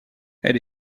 elle